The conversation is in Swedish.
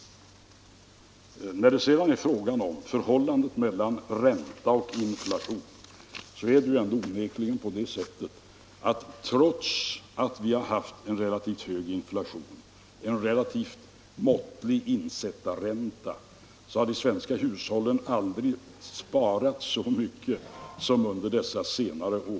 Beträffande frågan om förhållandet mellan ränta och inflation är det onekligen på det sättet att trots att vi har haft en relativt hög inflation, en relativt måttlig insättarränta, så har de svenska hushållen aldrig sparat så mycket som under dessa senare år.